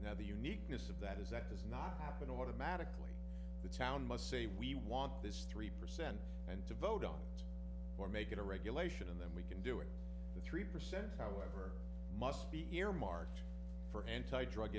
now the uniqueness of that is that does not happen automatically the town must say we want this three percent and to vote on it or make it a regulation and then we can do it the three percent however must be earmarked for anti drug